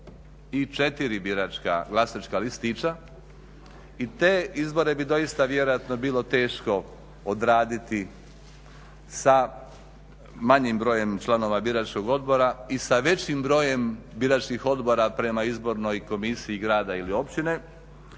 i 4 biračka glasačka listića i te izbore bi doista vjerojatno bilo teško odraditi sa manjim brojem članova biračkog odbora i sa većim brojem biračkih odbora prema izbornoj komisiji grada ili općine.